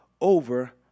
over